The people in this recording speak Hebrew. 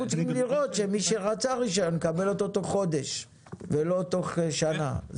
אנחנו צריכים לראות שמי שרצה רישיון יקבל אותו תוך חודש ולא תוך שנה.